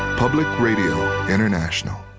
public radio international.